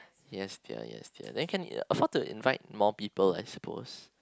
yes dear yes dear they can afford to invite more people I suppose